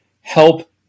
help